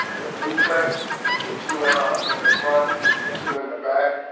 a duplex with two in the front and two in the back.